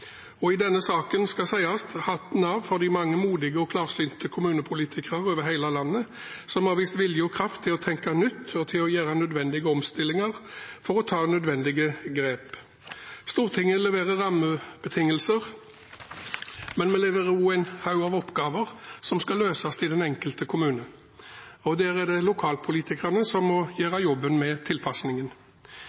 situasjon. I denne saken skal også sies «hatten av» for de mange modige og klarsynte kommunepolitikere over hele landet som har vist vilje og kraft til å tenke nytt, til å gjøre nødvendige omstillinger og ta nødvendige grep. Stortinget leverer rammebetingelser, men vi leverer også en haug av oppgaver som skal løses i den enkelte kommune. Der er det lokalpolitikerne som må gjøre jobben med tilpasningen.